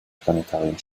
planetarium